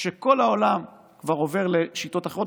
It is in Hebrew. כשכל העולם כבר עובר לשיטות אחרות,